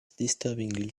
disturbingly